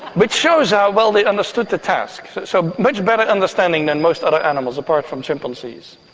which shows how well they understood the task. so a much better understanding than most other animals, apart from chimpanzees.